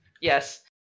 Yes